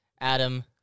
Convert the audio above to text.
Adam